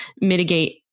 mitigate